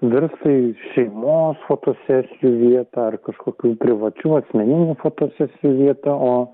virsta į šeimos fotosesijų vietą ar kažkokių privačių asmeninių fotosesijų vietą o